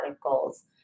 goals